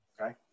okay